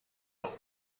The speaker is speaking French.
pas